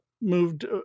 moved